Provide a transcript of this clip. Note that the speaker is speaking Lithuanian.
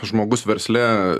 žmogus versle